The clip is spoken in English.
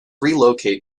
relocate